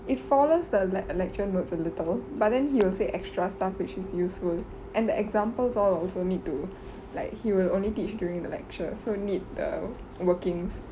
it follows the lect~ lecture notes a little but then he will say extra stuff which is useful and the examples all also need to like he will only teach during the lecture so need the workings